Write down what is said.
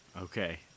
Okay